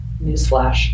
Newsflash